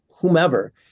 whomever